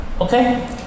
Okay